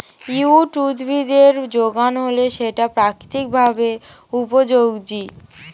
weed উদ্ভিদের যোগান হলে সেটা প্রাকৃতিক ভাবে বিপর্যোজী